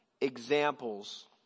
examples